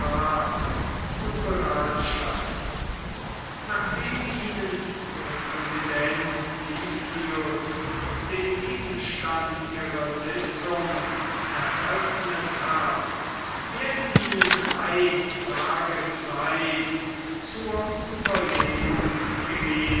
zu beratschlagen nachdem ihnen der präsident viglius den gegenstand ihrer sitzung eröffnet hat werden ihnen drei tage zeit zur ueberlegung